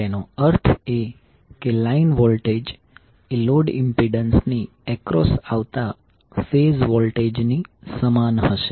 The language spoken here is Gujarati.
એનો અર્થ એ કે લાઇન વોલ્ટેજ એ લોડ ઇમ્પિડન્સ ની એક્રોસ આવતા ફેઝ વોલ્ટેજની સમાન હશે